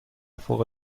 فوق